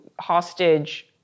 hostage